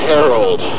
Harold